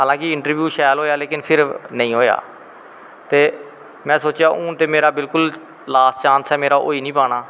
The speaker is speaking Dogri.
हालांकि इन्ट्रब्यू शैल होया पर नेंई होया ते में सोचेआ हू मेरा ते बिल्कुल लास्ट चांस ऐ होई नी पाना